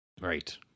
Right